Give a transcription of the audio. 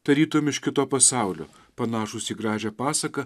tarytum iš kito pasaulio panašūs į gražią pasaką